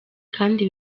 kandi